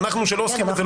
שלא עוסקים בזה,